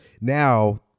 now